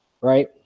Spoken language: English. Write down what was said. right